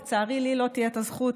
לצערי לי לא תהיה את הזכות,